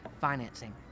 financing